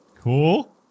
Cool